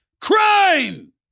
Crime